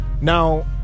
Now